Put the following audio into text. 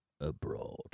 abroad